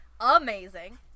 amazing